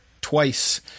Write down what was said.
twice